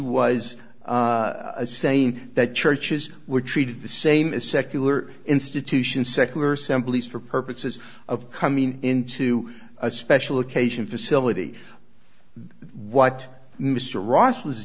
was saying that churches were treated the same as secular institution secular simply for purposes of coming into a special occasion facility what mr ross was